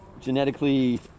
genetically